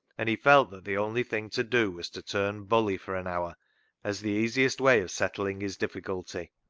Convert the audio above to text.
and he felt that the only thing to do was to turn bully for an hour as the easiest way of settling his difficulty.